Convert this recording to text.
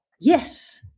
Yes